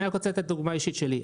אני רק רוצה לתת דוגמה אישית שלי.